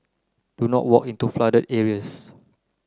do not walk into flooded areas